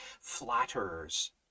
flatterers